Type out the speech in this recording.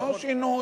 לא שינוי.